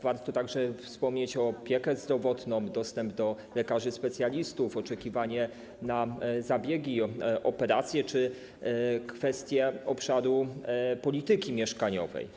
Warto także wspomnieć chociażby opiekę zdrowotną, dostęp do lekarzy specjalistów, oczekiwanie na zabiegi, operacje czy kwestie z obszaru polityki mieszkaniowej.